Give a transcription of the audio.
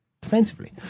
defensively